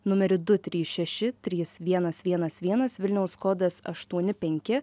numeriu du trys šeši trys vienas vienas vienas vilniaus kodas aštuoni penki